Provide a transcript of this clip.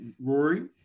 Rory